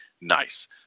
nice